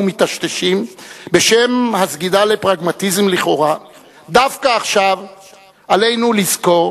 ומיטשטשים בשם הסגידה לפרגמטיזם לכאורה - דווקא עכשיו עלינו לזכור